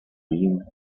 wien